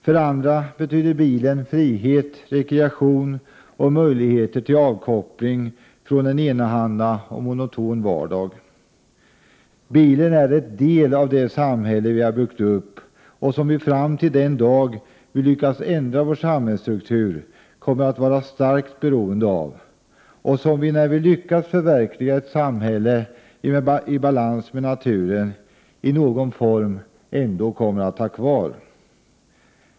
För andra betyder bilen frihet, rekreation och möjlighet till avkoppling från en enahanda och monoton vardag. Bilen är en del av det samhälle vi har byggt upp och som vi fram till den dag vi lyckats ändra vår samhällsstruktur kommer att vara starkt beroende av och som vi, när vi lyckats förverkliga ett samhälle i balans med naturen, i någon form ändå kommer att ha kvar.